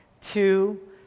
Two